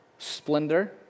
splendor